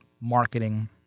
marketing